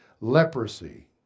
Leprosy